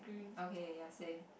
okay ya same